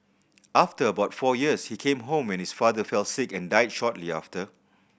after about four years he came home when his father fell sick and died shortly after